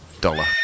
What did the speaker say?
Dollar